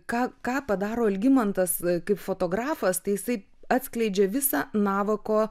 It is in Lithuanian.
ką ką padaro algimantas kaip fotografas tai jisai atskleidžia visą navako